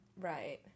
Right